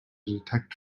detect